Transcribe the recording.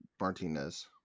martinez